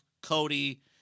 Cody